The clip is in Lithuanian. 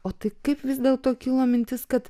o tai kaip vis dėlto kilo mintis kad